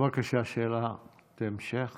בבקשה, שאלת המשך.